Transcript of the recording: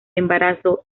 embarazo